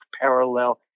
parallel